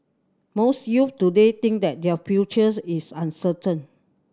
most youths today think that their future is uncertain